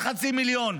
על חצי מיליון,